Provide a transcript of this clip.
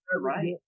Right